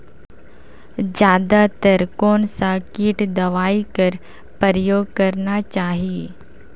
जादा तर कोन स किट दवाई कर प्रयोग करना चाही?